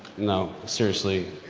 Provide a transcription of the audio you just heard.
no, seriously.